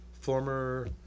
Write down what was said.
former